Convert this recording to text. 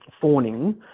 fawning